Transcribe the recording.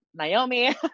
Naomi